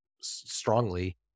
strongly